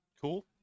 Cool